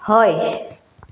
हय